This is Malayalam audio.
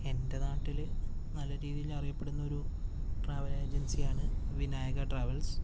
എൻ്റെ നാട്ടിൽ നല്ല രീതിയിൽ അറിയപ്പെടുന്ന ഒരു ട്രാവൽ ഏജൻസി ആണ് വിനയക ട്രാവെൽസ്